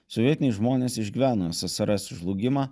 sovietiniai žmonės išgyveno ssrs žlugimą